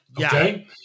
okay